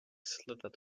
slithered